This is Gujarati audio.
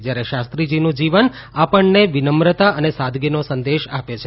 જયારે શાસ્ત્રીજીનું જીવન આપણને વિનમ્રતા અને સાદગીનો સંદેશ આપે છે